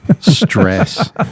stress